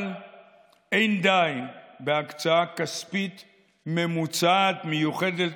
אבל לא די בהקצאה כספית ממוצעת מיוחדת